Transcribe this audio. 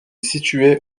située